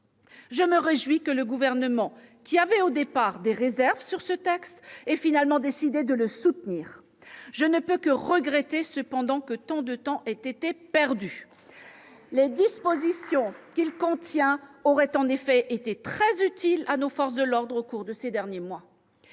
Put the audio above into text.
Je me réjouis que le Gouvernement, qui avait au départ exprimé des réserves sur ce texte, ait finalement décidé de le soutenir. Je ne peux que regretter cependant que tant de temps ait été perdu. Eh oui ! En effet, les dispositions de ce texte auraient été très utiles à nos forces de l'ordre au cours des derniers mois.